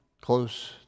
close